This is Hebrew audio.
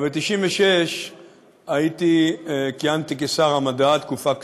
אבל ב-96 כיהנתי כשר המדע תקופה קצרה,